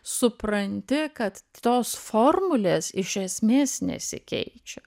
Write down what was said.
supranti kad tos formulės iš esmės nesikeičia